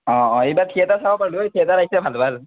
অঁ অঁ এইবাৰ থিয়েটাৰ চাবা পাল্লো হয় থিয়েটাৰ আহিছে ভাল ভাল